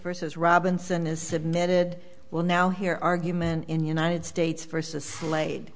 versus robinson is submitted well now here argument in the united states versus slade